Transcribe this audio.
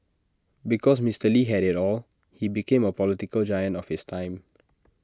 because Mister lee had IT all he became A political giant of his time